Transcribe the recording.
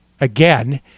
again